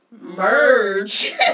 merge